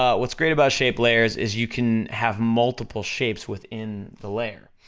ah what's great about shape layers is you can have multiple shapes within the layer.